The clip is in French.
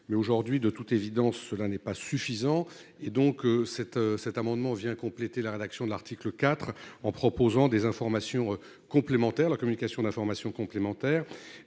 mais, aujourd'hui, de toute évidence, cela n'est pas suffisant et donc cet, cet amendement vient compléter la rédaction de l'article IV en proposant des informations complémentaires, la communication d'informations complémentaires